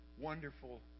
wonderful